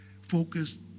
focused